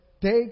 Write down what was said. Take